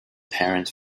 parents